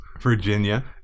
Virginia